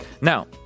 Now